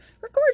Record